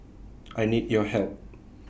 I need your help